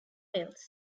mills